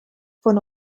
von